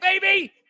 baby